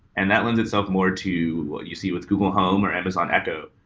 and that lends itself more to what you see with google home, or amazon echo,